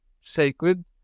sacred